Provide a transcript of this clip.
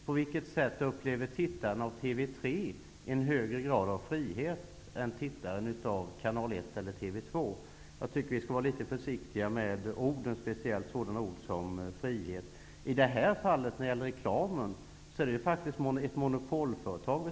På vilket sätt upplever den som tittar på TV 3 en högre grad av frihet än den som tittar på Kanal 1 eller TV 2? Jag tycker att vi skall vara litet försiktiga med orden, speciellt sådana ord som frihet. När det gäller reklam, talar vi faktiskt om ett monopolföretag.